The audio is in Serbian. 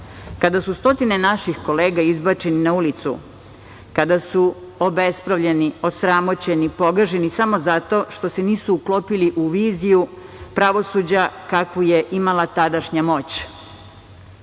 kada su stotine naših kolega izbačeni na ulicu, kada su osramoćeni, pogaženi, samo zato što se nisu uklopili u viziju pravosuđa kakvu je imala tadašnja moć?